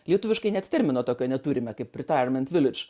lietuviškai net termino tokio neturime kaip retaierment viladž